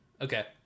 Okay